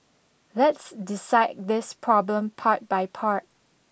let's decide this problem part by part